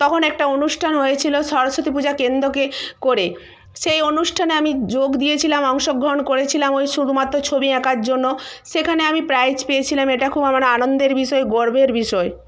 তখন একটা অনুষ্ঠান হয়েছিল সরস্বতী পূজা কেন্দ্রকে করে সেই অনুষ্ঠানে আমি যোগ দিয়েছিলাম অংশগ্রহণ করেছিলাম ওই শুধুমাত্র ছবি আঁকার জন্য সেখানে আমি প্রাইজ পেয়েছিলাম এটা খুব আমার আনন্দের বিষয় গর্বের বিষয়